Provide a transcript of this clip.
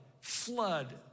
flood